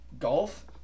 Golf